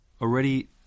already